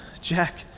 Jack